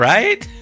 Right